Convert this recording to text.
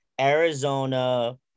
Arizona